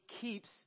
keeps